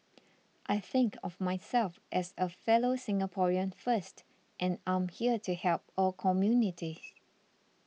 I think of myself as a fellow Singaporean first and I'm here to help all communities